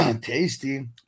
Tasty